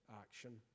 action